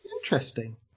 Interesting